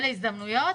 אלה הזדמנויות,